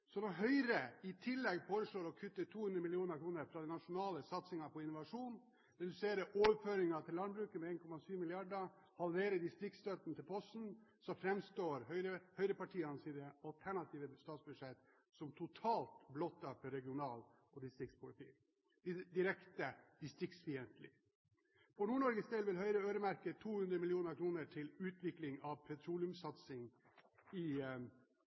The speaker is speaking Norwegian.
så Høyre i tillegg foreslår å kutte 200 mill. kr frå den nasjonale satsingen på innovasjon, redusere overføringene til landbruket med 1,7 mrd. kr, halvere distriktsstøtten til Posten, framstår høyrepartienes alternative statsbudsjett som totalt blottet for regional- og distriktsprofil – direkte distriktsfiendtlig. For Nord-Norges del vil Høyre øremerke 200 mill. kr til utvikling av petroleumskompetanse i